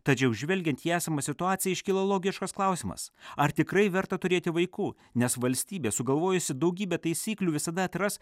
tačiau žvelgiant į esamą situaciją iškilo logiškas klausimas ar tikrai verta turėti vaikų nes valstybė sugalvojusi daugybę taisyklių visada atras